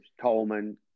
Coleman